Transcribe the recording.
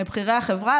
לבכירי החברה.